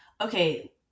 Okay